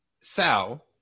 Sal